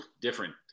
Different